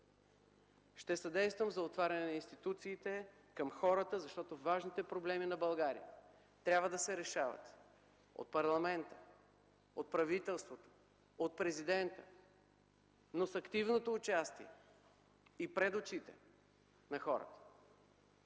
Ще съдействам за отваряне на институциите към хората, защото важните проблеми на България трябва да се решават от парламента, от правителството, от президента, но с активното участие и пред очите на хората.